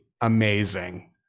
amazing